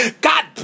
God